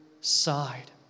side